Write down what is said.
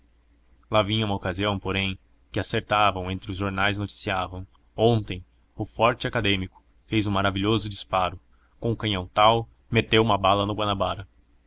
vinha uma ocasião porém que acertavam então os jornais noticiavam ontem o forte acadêmico fez um maravilhoso disparo com o canhão tal meteu uma bala no guanabara